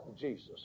Jesus